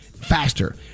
faster